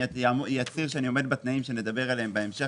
ואצהיר שאני עומד בתנאים שנדבר עליהם בהמשך